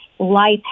life